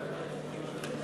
לקראת סיום.